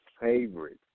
favorite